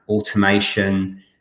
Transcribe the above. automation